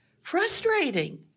Frustrating